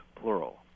plural